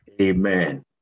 Amen